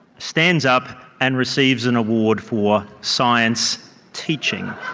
stands up and receives an award for science teaching.